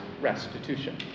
restitution